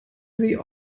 sie